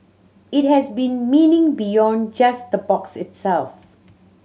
it has been meaning beyond just the box itself